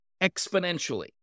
exponentially